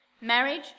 Marriage